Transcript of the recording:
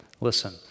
Listen